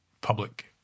public